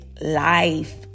life